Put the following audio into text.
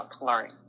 learning